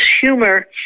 humor